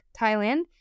Thailand